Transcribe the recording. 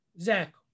Zach